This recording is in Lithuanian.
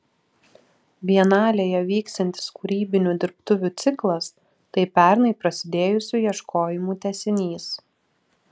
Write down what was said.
bienalėje vyksiantis kūrybinių dirbtuvių ciklas tai pernai prasidėjusių ieškojimų tęsinys